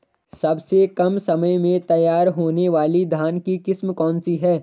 सबसे कम समय में तैयार होने वाली धान की किस्म कौन सी है?